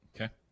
Okay